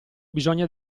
bisogna